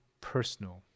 personal